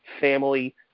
family